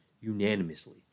unanimously